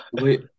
Wait